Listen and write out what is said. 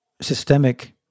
systemic